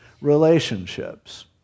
relationships